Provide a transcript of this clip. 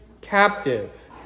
captive